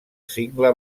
cingle